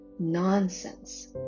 nonsense